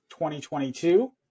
2022